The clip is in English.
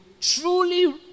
truly